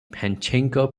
pachinko